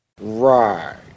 right